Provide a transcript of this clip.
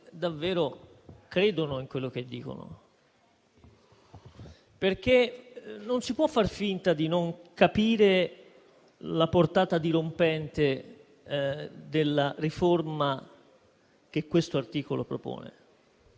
davvero credono in quello che dicono. Non si può far finta di non capire la portata dirompente della riforma che questo articolo propone.